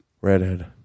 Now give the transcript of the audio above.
Redhead